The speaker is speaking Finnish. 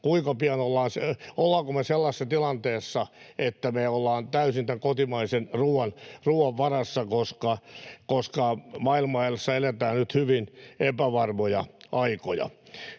voi tietää, ollaanko me sellaisessa tilanteessa, että me ollaan täysin tämän kotimaisen ruuan varassa, koska maailmassa eletään nyt hyvin epävarmoja aikoja.